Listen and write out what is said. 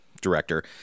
director